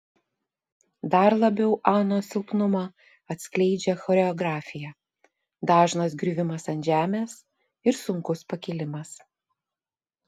dar labiau anos silpnumą atskleidžia choreografija dažnas griuvimas ant žemės ir sunkus pakilimas